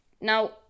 Now